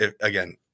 again